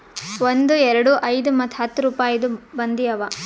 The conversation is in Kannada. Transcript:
ಒಂದ್, ಎರಡು, ಐಯ್ದ ಮತ್ತ ಹತ್ತ್ ರುಪಾಯಿದು ಬಂದಿ ಅವಾ